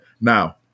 Now